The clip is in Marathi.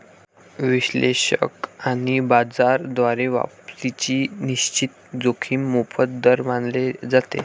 विश्लेषक आणि बाजार द्वारा वापसीची निश्चित जोखीम मोफत दर मानले जाते